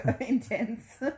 intense